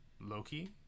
Loki